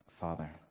Father